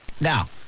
Now